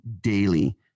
daily